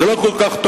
זה לא כל כך טוב.